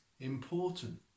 important